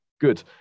good